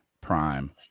Prime